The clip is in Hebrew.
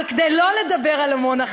אבל כדי לא לדבר על עמונה,